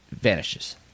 vanishes